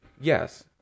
Yes